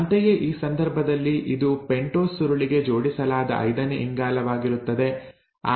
ಅಂತೆಯೇ ಈ ಸಂದರ್ಭದಲ್ಲಿ ಇದು ಪೆಂಟೋಸ್ ಸುರಳಿಗೆ ಜೋಡಿಸಲಾದ ಐದನೇ ಇಂಗಾಲವಾಗಿರುತ್ತದೆ